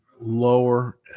lower